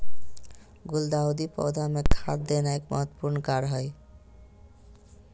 गुलदाऊदी पौधा मे खाद देना एक महत्वपूर्ण कार्य हई